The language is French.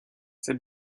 ses